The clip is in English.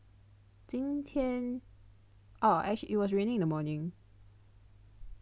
今天 oh actually it was raining in the morning